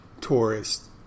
tourists